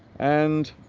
and